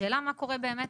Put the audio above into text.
השאלה מה קורה באמת,